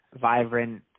vibrant